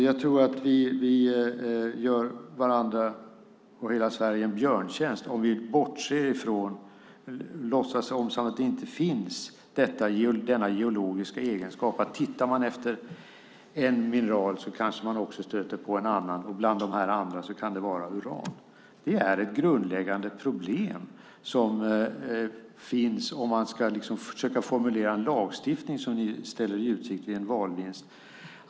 Jag tror att vi gör varandra och hela Sverige en björntjänst om vi låtsas som att denna geologiska egenskap inte finns. Tittar man efter ett mineral kanske man också stöter på ett annat, och bland det andra kan det finnas uran. Det är ett grundläggande problem som finns om man ska försöka att formulera en lagstiftning, som ni ställer i utsikt vid valvinst.